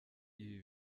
ibi